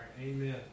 amen